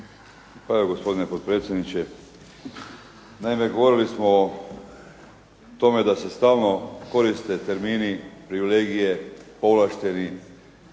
evo gospodine potpredsjedniče, naime govorili smo o tome da se stalno koriste termini, privilegije, povlašteni